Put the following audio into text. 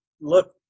look